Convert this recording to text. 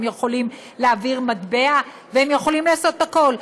הם יכולים להעביר מטבע והם יכולים לעשות הכול.